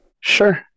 Sure